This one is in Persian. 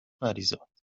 مریزاد